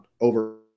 over